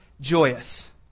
joyous